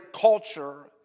culture